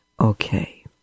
Okay